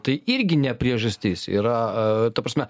tai irgi ne priežastis yra ta prasme